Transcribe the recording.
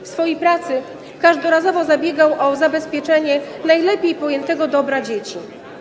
W swojej pracy każdorazowo zabiegał o zabezpieczenie najlepiej pojętego dobra dzieci.